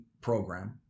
program